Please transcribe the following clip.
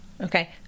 okay